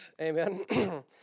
Amen